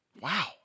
Wow